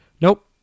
Nope